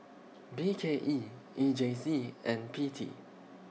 B K E E J C and P T